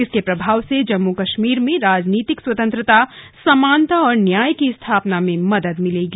इसके प्रभाव से जम्मू कश्मीर में राजनीतिक स्वतंत्रता समानता और न्याय की स्थापना में मदद मिलेगी